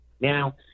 Now